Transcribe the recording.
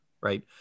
right